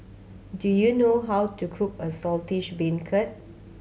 do you know how to cook a Saltish Beancurd